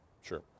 Sure